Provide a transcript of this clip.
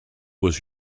was